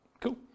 Cool